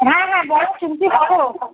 হ্যাঁ হ্যাঁ বলো শুনছি বলো